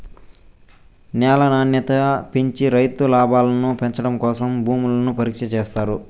న్యాల నాణ్యత పెంచి రైతు లాభాలను పెంచడం కోసం భూములను పరీక్ష చేత్తారు